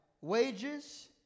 wages